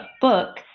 book